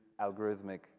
algorithmic